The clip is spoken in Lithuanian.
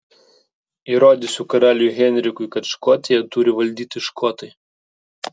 įrodysiu karaliui henrikui kad škotiją turi valdyti škotai